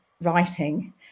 writing